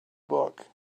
book